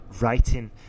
writing